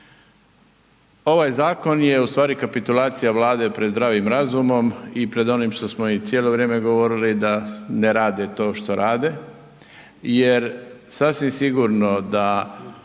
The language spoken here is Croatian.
Ovaj zakon je u stvari kapitulacija Vlade pred zdravim razumom i pred onim što smo im cijelo vrijeme govorili da ne rade to što rade jer sasvim sigurno da